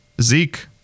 Zeke